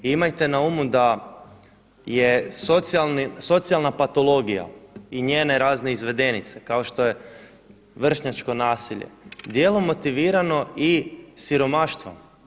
Imajte na umu da je socijalna patologija i njene razne izvedenice kao što je vršnjačko nasilje dijelom motivirano i siromaštvom.